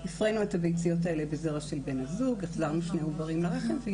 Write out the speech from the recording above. מכבי תממן את החזרת העוברים לרחם של האישה.